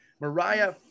Mariah